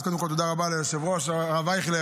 אז קודם כול תודה רבה ליושב-ראש הרב אייכלר,